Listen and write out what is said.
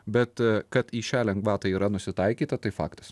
bet kad į šią lengvatą yra nusitaikyta tai faktas